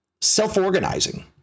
self-organizing